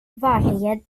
varje